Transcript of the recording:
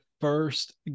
First